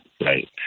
Right